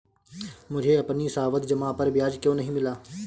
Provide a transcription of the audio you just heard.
मुझे अपनी सावधि जमा पर ब्याज क्यो नहीं मिला?